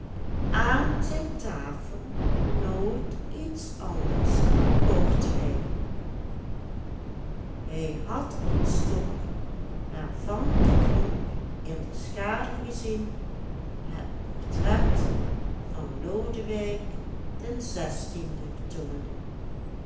aan zijn tafel nooit iets anders dan portwijn hij had een stok waarvan de knop in de schaduw gezien het portret van lodewijk den